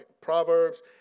Proverbs